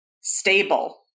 stable